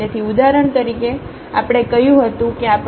તેથી ઉદાહરણ તરીકે આપણે કહ્યું હતું કે આપણે અહીં લઈએ છીએ x 0 છે